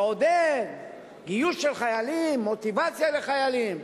לעודד גיוס של חיילים, מוטיבציה לחיילים?